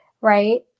right